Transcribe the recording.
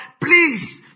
Please